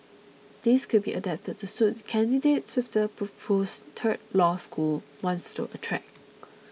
these could be adapted to suit the candidates which the proposed third law school wants to attract